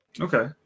Okay